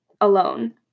alone